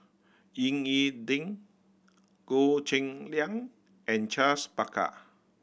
Ying E Ding Goh Cheng Liang and Charles Paglar